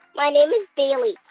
my name is bailey.